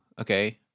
Okay